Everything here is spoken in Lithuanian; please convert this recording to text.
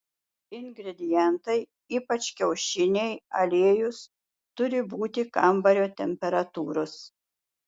ingredientai ypač kiaušiniai aliejus turi būti kambario temperatūros